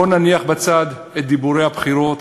בואו נניח בצד את דיבורי הבחירות